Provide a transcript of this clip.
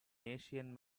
asian